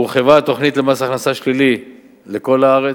הורחבה התוכנית למס הכנסה שלילי לכל הארץ,